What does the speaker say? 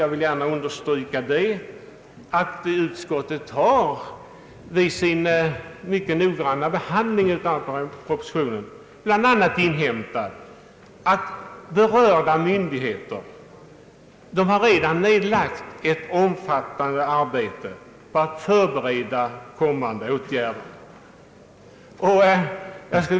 Jag vill på den punkten understryka att utskottet vid sin mycket noggranna behandling av propositionen har inhämtat att berörda myndigheter redan nedlagt ett omfattande arbete på att förbereda kommande åtgärder.